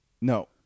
no